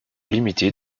limité